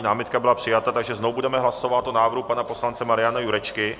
Námitka byla přijata, takže znovu budeme hlasovat o návrhu pana poslance Mariana Jurečky.